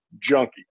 junkie